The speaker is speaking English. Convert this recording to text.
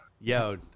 Yo